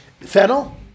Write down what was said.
Fennel